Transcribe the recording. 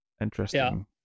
Interesting